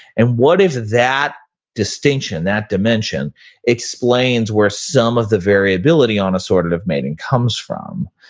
and what if that distinction, that dimension explains where some of the variability on assortative mating comes from.